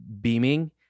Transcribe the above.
beaming